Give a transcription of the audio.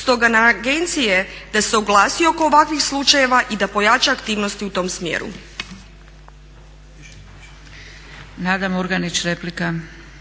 Stoga na agenciji je da se oglasi oko ovakvih slučajeva i da pojača aktivnosti u tom smjeru.